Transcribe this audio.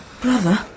Brother